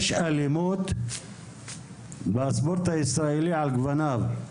יש אלימות בספורט הישראלי על גווניו.